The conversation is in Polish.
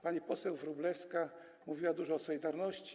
Pani poseł Wróblewska mówiła dużo o „Solidarności”